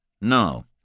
No